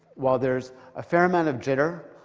while there's a fair amount of jitter,